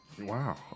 Wow